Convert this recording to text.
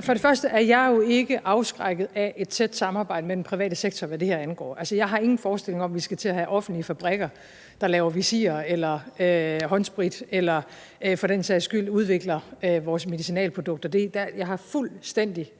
For det første er jeg jo ikke afskrækket af et tæt samarbejde med den private sektor, hvad det her angår. Jeg har ingen forestilling om, at vi skal til at have offentlige fabrikker, der laver visirer eller håndsprit eller for den sags skyld udvikler vores medicinalprodukter. Jeg vil gerne